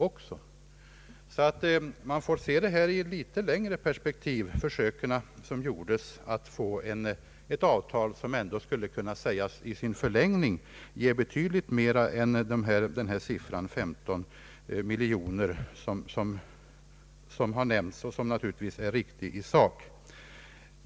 Detta avtal får i och för sig ses i ett litet längre perspektiv. Här gjordes ett försök att få ett avtal, som i sin förlängning skulle kunna ge betydligt mer än 15 miljoner kronor, den siffra som nämns och som naturligtvis är riktig i sak.